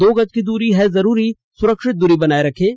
दो गज की दूरी है जरूरी सुरक्षित दूरी बनाए रखें